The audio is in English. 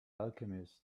alchemist